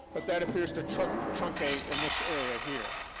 but that appears to truncate truncate in this area here.